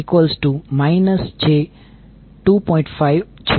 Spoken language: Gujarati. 5 છે